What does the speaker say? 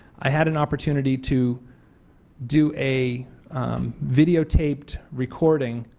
i had an opportunity to do a videotaped recording,